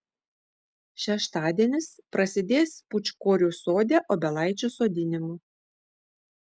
šeštadienis prasidės pūčkorių sode obelaičių sodinimu